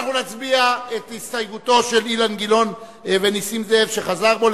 אנחנו נצביע את הסתייגותו של חבר הכנסת אילן גילאון ונסים זאב שחזר בו,